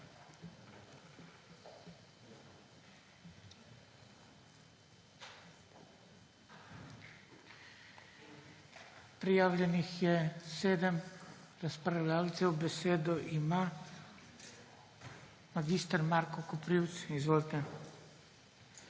Prijavljenih je sedem razpravljavcev, besedo ima mag. Marko Koprivc. Izvolite.